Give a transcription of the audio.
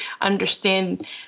understand